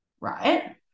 right